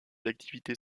activités